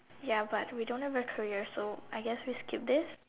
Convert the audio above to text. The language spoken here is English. ya but we don't have a career so I guess we skip this